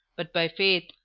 but by faith,